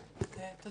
תודה רבה.